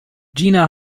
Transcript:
gina